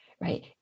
right